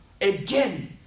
again